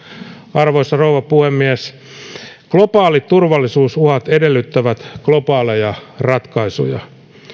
arvoisa rouva puhemies globaalit turvallisuusuhat edellyttävät globaaleja ratkaisuja